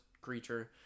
creature